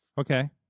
okay